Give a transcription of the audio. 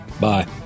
Bye